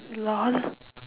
lol